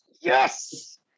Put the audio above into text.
yes